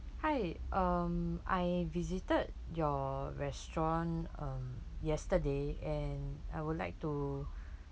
hi um I visited your restaurant um yesterday and I would like to